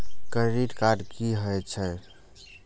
Credit card की हे छे?